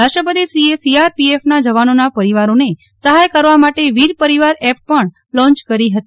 રાષ્ટ્રપતિશ્રીએ સીઆરપીએફના જવાનોના પરિવારોનો સહાય કરવા માટે વીરપરિવાર એપ પણ લો ન્ચ કરી હતી